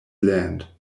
land